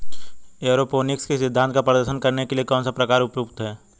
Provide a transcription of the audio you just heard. Aeroponics के सिद्धांत का प्रदर्शन करने के लिए कौन सा प्रकार उपयुक्त है?